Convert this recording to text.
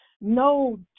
No